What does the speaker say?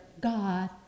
God